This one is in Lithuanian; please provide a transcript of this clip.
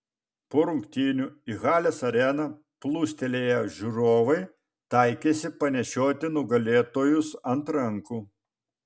po rungtynių į halės areną plūstelėję žiūrovai taikėsi panešioti nugalėtojus ant rankų